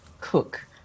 cook